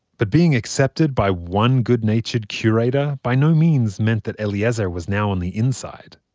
but being accepted by one good-natured curator by no means meant that eliezer was now on the inside.